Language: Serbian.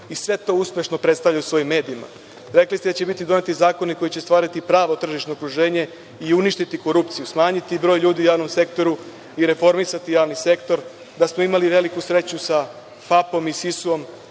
i sve to uspešno predstavlja u svojim medijima. Rekli ste da će biti doneti zakoni koji će ostvariti pravo tržišno okruženje i uništiti korupciju, smanjiti broj ljudi u javnom sektoru i reformisati javni sektor, da smo imali veliku sreću sa FAP-om i SIS-om,